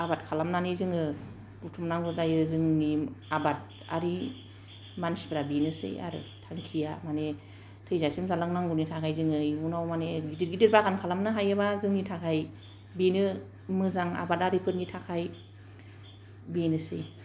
आबाद खालामनानै जोङो बुथुमनांगौ जायो जोंनि आबादआरि मानसिफोरा बेनोसै आरो थांखिया माने थैजासिम जालांनायनि थाखाय जोङो इयुनाव माने गेदेर गेदेर बागान खालामनो हायोब्ला जोंनि थाखाय बेनो मोजां आबादारिफोरनि थाखाय बेनोसै